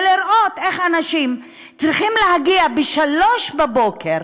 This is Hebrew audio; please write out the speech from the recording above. ולראות איך אנשים צריכים להגיע בשלוש בבוקר,